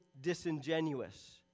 disingenuous